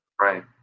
Right